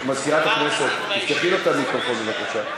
מזכירת הכנסת, תפתחי לו את המיקרופון, בבקשה.